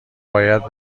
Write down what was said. باید